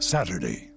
Saturday